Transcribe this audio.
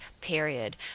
period